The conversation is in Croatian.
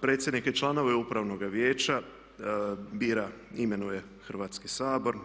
Predsjednika i članove Upravnoga vijeća bira i imenuje Hrvatski sabor.